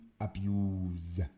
abuse